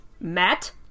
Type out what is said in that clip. Matt